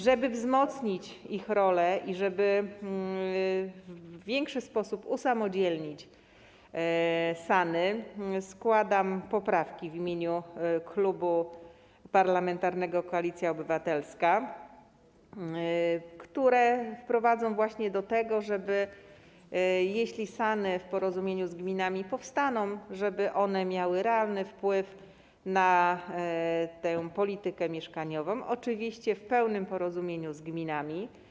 Żeby wzmocnić ich rolę i żeby w lepszy sposób usamodzielnić SAN-y, składam poprawki w imieniu Klubu Parlamentarnego Koalicja Obywatelska, które doprowadzą do tego, żeby SAN-y, jeśli w porozumieniu z gminami powstaną, miały realny wspływ na politykę mieszkaniową, oczywiście w pełnym porozumieniu z gminami.